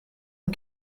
ont